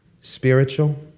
spiritual